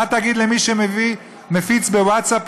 מה תגיד למי שמפיץ בווטסאפ,